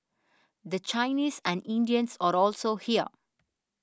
the Chinese and Indians are also here